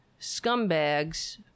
scumbags